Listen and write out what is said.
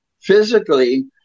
physically